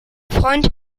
freund